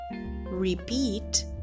Repeat